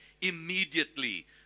Immediately